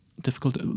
difficult